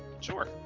sure